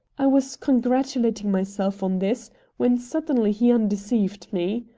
i was congratulating myself on this when suddenly he undeceived me.